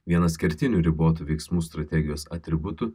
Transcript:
vienas kertinių ribotų veiksmų strategijos atributų